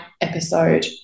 episode